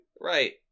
right